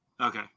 Okay